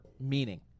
meaning